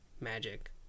magic